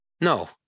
No